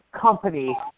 company